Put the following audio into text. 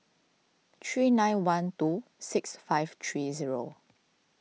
three nine one two six five three zero